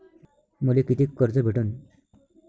मले कितीक कर्ज भेटन?